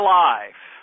life